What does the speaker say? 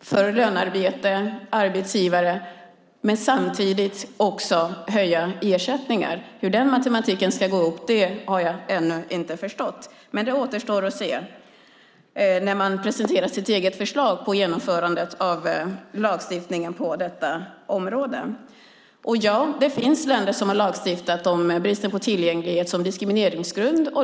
för lönearbete och arbetsgivare och höja ersättningar. Hur den matematiken ska gå ihop förstår jag inte. Det återstår att se när ni presenterar ert eget förslag på genomförandet av lagstiftningen på detta område. Det finns länder som har lagstiftat om bristen på tillgänglighet som diskrimineringsgrund.